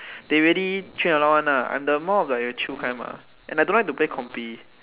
they already train a lot one ah I'm the more of the chill kind ah and I don't like to play compe~